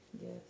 Yes